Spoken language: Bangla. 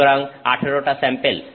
সুতরাং 18টা স্যাম্পেল